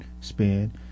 spin